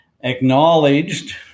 acknowledged